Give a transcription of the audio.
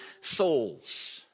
souls